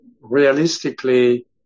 realistically